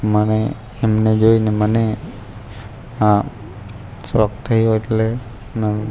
મને એમને જોઈને મને આ શોખ થયો એટલે હું